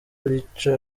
rica